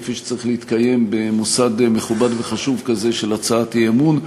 כפי שצריך להתקיים במוסד מכובד וחשוב כזה של הצעת אי-אמון.